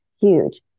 Huge